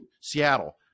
Seattle